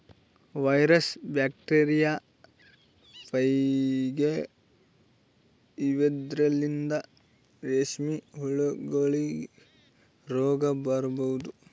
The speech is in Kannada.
ವೈರಸ್, ಬ್ಯಾಕ್ಟೀರಿಯಾ, ಫಂಗೈ ಇವದ್ರಲಿಂತ್ ರೇಶ್ಮಿ ಹುಳಗೋಲಿಗ್ ರೋಗ್ ಬರಬಹುದ್